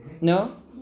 no